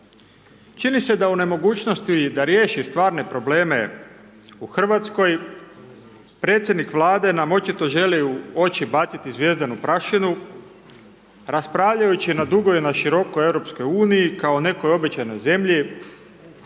Čini se da u nemogućnosti da riješi stvarne probleme u Hrvatskoj, predsjednik Vlade nam očito želi u oči baciti zvjezdanu prašinu raspravljajući na dugo i na široko o Europskoj uniji kao nekoj obećanoj zemlji,